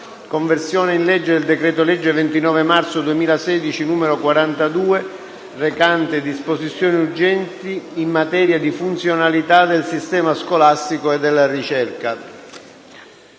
«Conversione in legge del decreto-legge 29 marzo 2016, n. 42, recante disposizioni urgenti in materia di funzionalità del sistema scolastico e della ricerca»